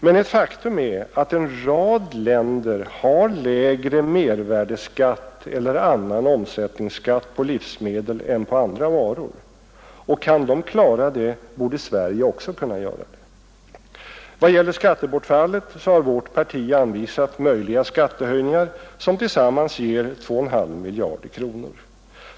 Men ett faktum är att en rad länder har lägre mervärdeskatt eller annan omsättningsskatt på livsmedel än på andra varor, och kan de klara det borde Sverige också kunna göra det. Vad gäller skattebortfallet så har vårt parti anvisat möjliga skattehöjningar som tillsammans ger 2,5 miljarder kronor.